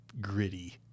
gritty